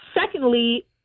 Secondly